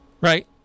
Right